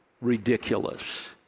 ridiculous